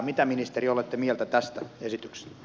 mitä ministeri olette mieltä tästä esityksestä